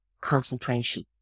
concentration